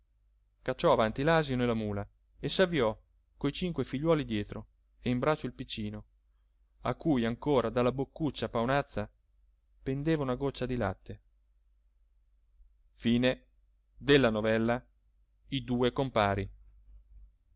cacciò avanti l'asino e la mula e s'avviò coi cinque figliuoli dietro e in braccio il piccino a cui ancora dalla boccuccia paonazza pendeva una goccia di latte